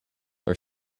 are